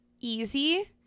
easy